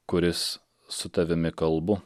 kuris su tavimi kalbu